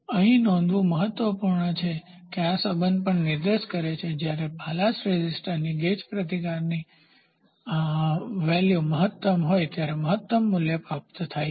અહીં નોંધવું મહત્વપૂર્ણ છે કે આ સંબંધ પણ નિર્દેશ કરે છે કે જ્યારે બાલ્સ્ટ રેઝિસ્ટન્સ ગેજ પ્રતિકારની બરાબર હોય ત્યારે મહત્તમ મૂલ્ય પ્રાપ્ત થાય છે